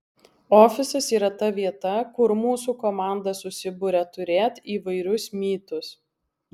ofisas yra ta vieta kur mūsų komanda susiburia turėt įvairius mytus